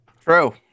true